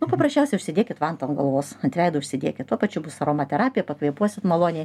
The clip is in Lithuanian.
nu paprasčiausiai užsidėkit vantą ant galvos ant veido užsidėkit tuo pačiu bus aromaterapija pakvėpuosit maloniai